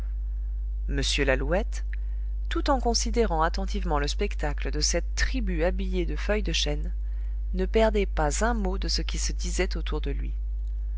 m lalouette tout en considérant attentivement le spectacle de cette tribu habillée de feuilles de chêne ne perdait pas un mot de ce qui se disait autour de lui